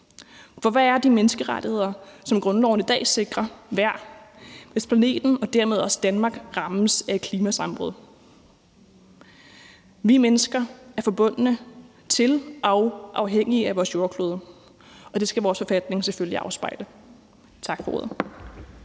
for hvad er de menneskerettigheder, som grundloven i dag sikrer, værd, hvis planeten og dermed også Danmark rammes af et klimasammenbrud? Vi mennesker er forbundne til og afhængige af vores jordklode, og det skal vores forfatning selvfølgelig afspejle. Tak for ordet.